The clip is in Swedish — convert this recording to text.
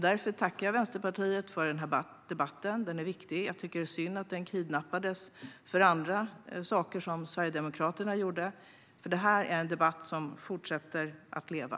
Därför tackar jag Vänsterpartiet för den här debatten. Den är viktig. Jag tycker att det är synd att den kidnappades för andra saker så som Sverigedemokraterna gjorde. Det här är en debatt som fortsätter att leva.